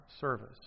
service